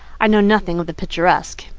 i know nothing of the picturesque.